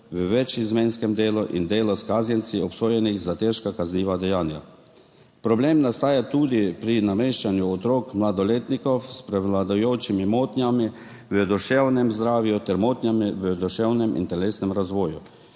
v večizmenskem delu in delu s kaznjenci, obsojenimi za težka kazniva dejanja. Problem nastaja tudi pri nameščanju otrok mladoletnikov s prevladujočimi motnjami v duševnem zdravju ter motnjami v duševnem in telesnem razvoju,